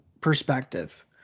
perspective